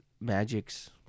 magics